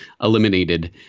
eliminated